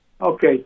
Okay